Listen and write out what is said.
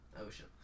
Ocean